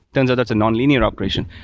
turns out that's a not linear operation.